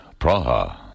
Praha